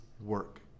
work